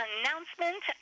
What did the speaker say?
announcement